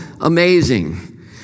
amazing